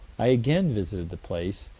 i again visited the place,